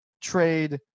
trade